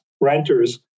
renters